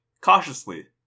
cautiously